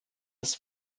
das